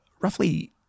roughly